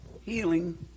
healing